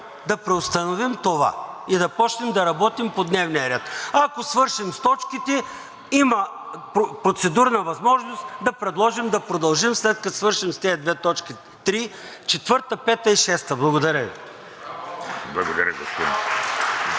да преустановим това и да почнем да работим по дневния ред. Ако свършим с точките, има процедурна възможност да предложим да продължим, след като свършим с тези две точки, три, четвърта, пета и шеста. Благодаря Ви. (Ръкопляскания